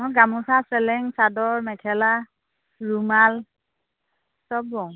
অঁ গামোচা চেলেং চাদৰ মেখেলা ৰুমাল চব বওঁ